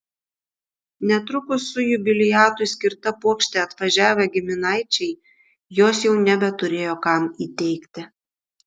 netrukus su jubiliatui skirta puokšte atvažiavę giminaičiai jos jau nebeturėjo kam įteikti